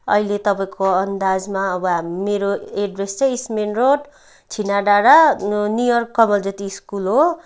अहिले तपाईँको अन्दाजमा अब हाम् मेरो एड्रेस चाहिँ इस्टमेन रोड छिना डाडा नियर कमल ज्योति स्कुल हो